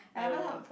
I don't know